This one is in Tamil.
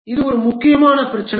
இது ஒரு முக்கியமான பிரச்சினை